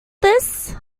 this